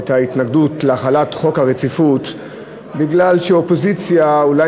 את ההתנגדות להחלת חוק הרציפות בגלל שהאופוזיציה אולי